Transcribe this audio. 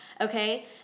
okay